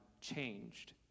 changed